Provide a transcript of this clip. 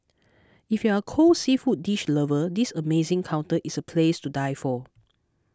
if you are a cold seafood dish lover this amazing counter is a place to die for